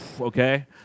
Okay